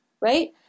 right